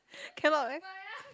cannot eh